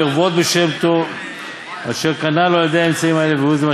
לרוות שם בטוב אשר קנה לו על-ידי האמצעים האלה.